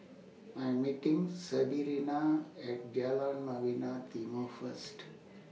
I Am meeting Sebrina At Jalan Novena Timor First